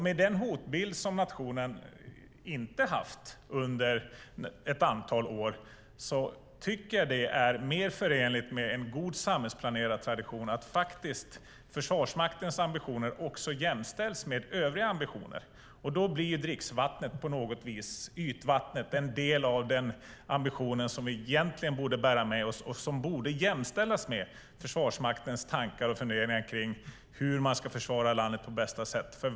Med den hotbild som nationen inte har haft under ett antal år tycker jag att det är mer förenligt med en god samhällsplanerartradition att även Försvarsmaktens ambitioner jämställs med övriga ambitioner. Då blir dricksvattnet, ytvattnet, en del av den ambition som vi egentligen borde bära med oss och som borde jämställas med Försvarsmaktens tankar och funderingar kring hur man ska försvara landet på bästa sätt.